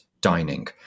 dining